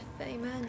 Amen